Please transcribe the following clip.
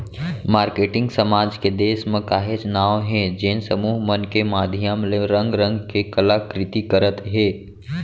marketing समाज के देस म काहेच नांव हे जेन समूह मन के माधियम ले रंग रंग के कला कृति करत हे